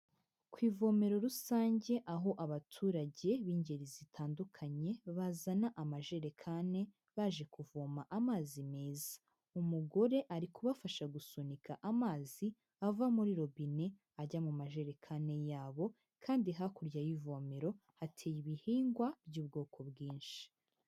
Ku ivomero rusange, aho abaturage b'ingeri zitandukanye bazana amajerekani, baje kuvoma amazi meza. Umugore ari kubafasha gusunika amazi ava muri robine ajya mu majerekani yabo kandi hakurya y'ivomero hateye ibihingwa by'ubwoko bwinshi.